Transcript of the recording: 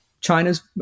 China's